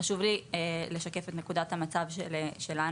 חשוב לי לשקף את נקודת המצב שלנו.